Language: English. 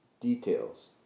details